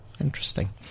interesting